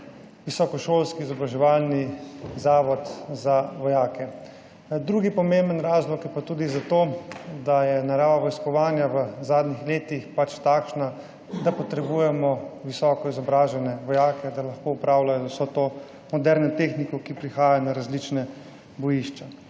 visokošolski izobraževalni zavodza vojake. Drugi pomemben razlog je pa tudi to, da je narava vojskovanja v zadnjih letih pač takšna, da potrebujemo visoko izobražene vojake, da lahko upravljajo z vso to moderno tehniko, ki prihaja na različna bojišča.